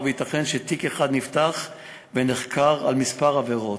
שייתכן שתיק אחד נפתח ונחקר על כמה עבירות,